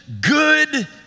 good